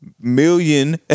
million